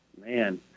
Man